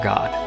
God